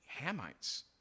Hamites